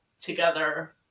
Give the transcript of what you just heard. together